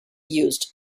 used